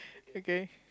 okay